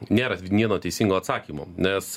nėra vieno teisingo atsakymo nes